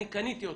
אני קניתי אותו,